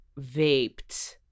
vaped